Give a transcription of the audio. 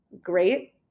great